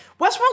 Westworld